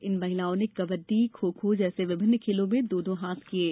इन महिलाओं ने कबड्डी खो खो जैसे विभिन्न खेलों में दो दो हाथ किये